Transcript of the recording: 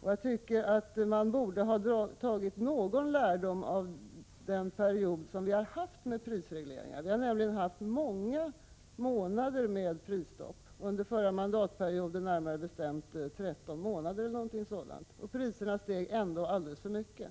och jag tycker att man borde ha dragit någon lärdom av den period vi har haft med prisregleringar. Vi har nämligen haft många månader med prisstopp, under den förra mandatperioden närmare bestämt 13 månader eller någonting sådant, och priserna steg ändå alldeles för mycket.